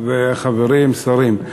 חברים, שרים,